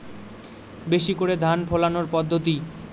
বেশি করে ধান ফলানোর পদ্ধতি?